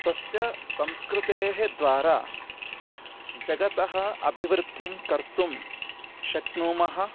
स्वस्य संस्कृतेः द्वारा जगतः अभिवृध्दिं कर्तुं शक्नुमः